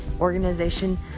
organization